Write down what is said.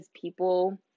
people